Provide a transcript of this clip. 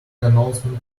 announcement